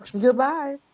Goodbye